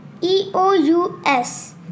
E-O-U-S